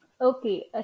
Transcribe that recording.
okay